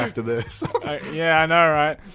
after this yeah, i know right?